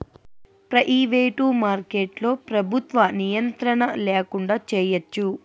private మార్కెట్లో ప్రభుత్వ నియంత్రణ ల్యాకుండా చేయచ్చు